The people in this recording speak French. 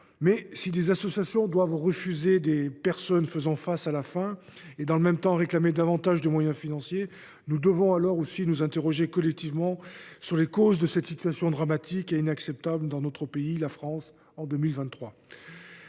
Mais, si des associations doivent refuser des personnes faisant face à la faim et, dans le même temps, réclamer davantage de moyens financiers, nous devons alors aussi nous interroger collectivement sur les causes de cette situation dramatique, inacceptable dans la France de 2023.